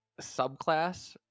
subclass